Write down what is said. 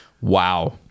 Wow